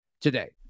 today